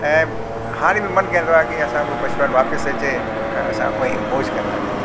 ऐं हाणे बि मनु कंदो आहे की असां उहो बचपन वापसि अचे ऐं असां उअं ई मौज कंदा रहियूं